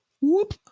Whoop